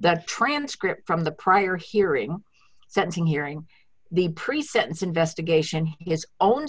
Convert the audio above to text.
that transcript from the prior hearing scenting hearing the pre sentence investigation his own